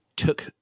Took